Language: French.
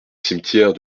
cimetière